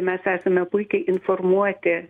mes esame puikiai informuoti